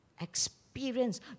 experience